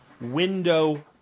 window